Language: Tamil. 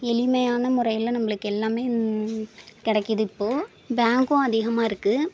எளிமையான முறையில் நம்மளுக்கு எல்லாமே கிடைக்கிது இப்போ பேங்க்கும் அதிகமாக இருக்குது